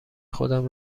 خودم